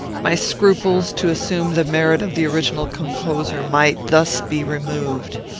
my scruples to assume the merit of the original composer might thus be removed.